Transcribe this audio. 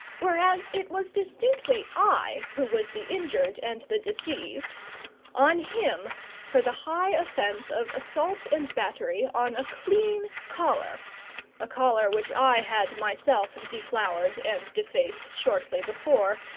whereas it was distinctly i who was the injured and the deceived on him for the high offence of assault and battery on a clean collar a collar which i had myself deflowered and defaced, shortly before,